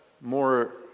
more